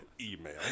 email